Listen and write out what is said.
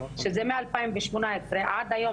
שזה מ-2018 עד היום,